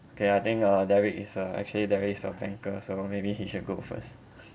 okay uh I think uh derek is a actually derek is a banker so maybe he should go first